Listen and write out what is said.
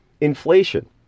inflation